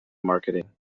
marketing